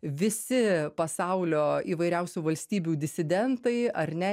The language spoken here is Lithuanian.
visi pasaulio įvairiausių valstybių disidentai ar ne